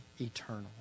eternal